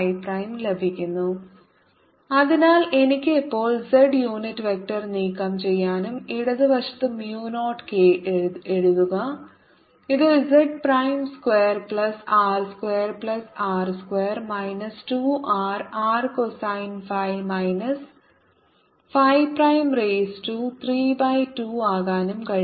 s zcos ϕ s z 0k 0k4π ∞dz02πRdR rcosϕ z2R2r2 2rRcosϕ 32 4πR rR 0 rR അതിനാൽ എനിക്ക് ഇപ്പോൾ z unit vector നീക്കംചെയ്യാനും ഇടത് വശത്ത് mu നോട്ട് k എഴുതുക ഇത് z prime square plus R square plus R square minus 2 R r cosine phi minus phi prime raise to 3 by 2 ആക്കാനും കഴിയും